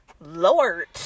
Lord